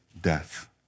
death